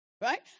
right